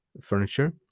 furniture